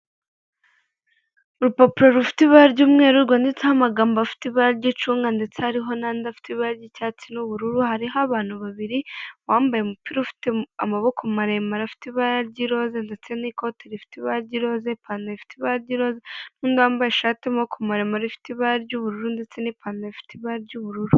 urupapuro rufite ibara ry'umweru, rwanditseho amagambo afite ibara ry'icunga, ndetse hari n'andi afite ibara ry'icyatsi n'ubururu, hariho abantu babiri uwambaye umupira ufite amaboko maremare afite ibara ry'iroze ndetse n'ikote rifite ibara ry'irose ipanantaro ifite ibara r'iroze n'undi wambaye ishati y'amaboko maremare ifite ibara ry'ubururu ndetse n'ipantaro ifite ibara ry'ubururu.